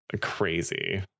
Crazy